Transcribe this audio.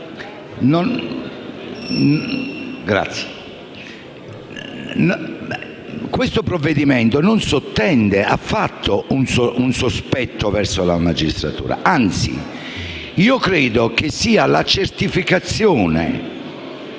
no. Il provvedimento in esame non sottende affatto un sospetto verso la magistratura. Anzi, io credo che sia la certificazione